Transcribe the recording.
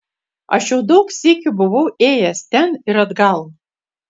aš jau daug sykių buvau ėjęs ten ir atgal